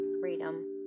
freedom